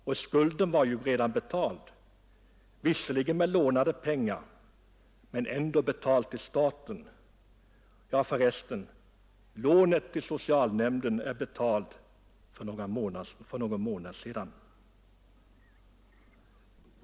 Och skulden till staten var redan betald — visserligen med lånade pengar, men ändå betald. Ja, för resten, lånet till socialnämnden är också betalt för någon månad sedan.